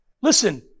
listen